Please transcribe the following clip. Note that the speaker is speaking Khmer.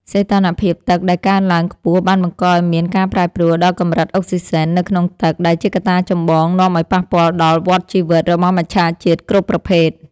សីតុណ្ហភាពទឹកដែលកើនឡើងខ្ពស់បានបង្កឱ្យមានការប្រែប្រួលដល់កម្រិតអុកស៊ីសែននៅក្នុងទឹក ដែលជាកត្តាចម្បងនាំឱ្យប៉ះពាល់ដល់វដ្តជីវិតរបស់មច្ឆជាតិគ្រប់ប្រភេទ។